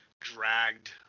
dragged